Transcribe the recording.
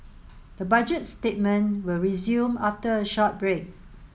the Budget statement will resume after a short break